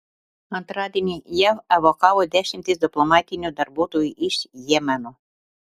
antradienį jav evakavo dešimtis diplomatinių darbuotojų iš jemeno